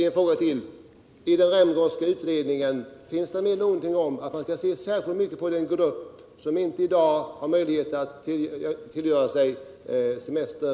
En fråga till: Har man i den Rämgårdska utredningen för avsikt att se särskilt på den grupp som i dag inte har möjlighet att tillgodogöra sig semester?